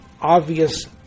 obvious